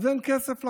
אז אין כסף לחרדים.